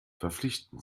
verpflichtend